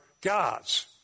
God's